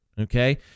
Okay